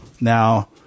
Now